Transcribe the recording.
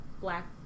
black